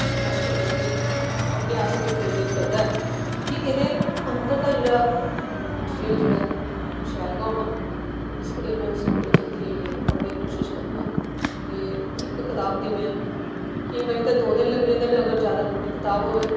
impress करदा ऐ कि पढ़ने आस्तै प्रेरित करदा ऐ कि एह्दे अंदर दा जेह्ड़ा मैटिरियल जेह्ड़ा ऐ ओह शैल गै होना ऐ ते इस करियै में उसी बड़ी जल्दी जेह्ड़ी ऐ पढ़ने दी कोशश करनियां ते इक कताब गी में केई बारी ते में दो दिन लगी जंदे न ते अगर जैदा बड्डी कताब होए